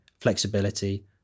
flexibility